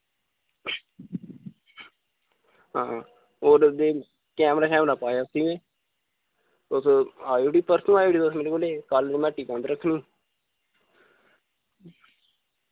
हां और उ'दे कैमरा शैमरा पोआया उस्सी मैं तुस आयो उठी परसूं आयो उठी तुस मेरे कोल ए कल मैं हट्टी बंद रक्खनी